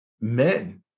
men